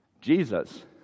Jesus